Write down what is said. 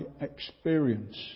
experience